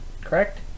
correct